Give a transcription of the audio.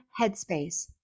Headspace